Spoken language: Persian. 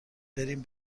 بریم